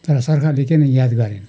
तर सरकारले किन याद गरेन